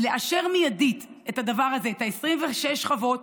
לאשר מיידית את הדבר הזה, את 26 החוות